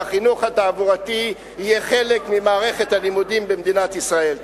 והחינוך התעבורתי יהיה חלק ממערכת הלימודים במדינת ישראל.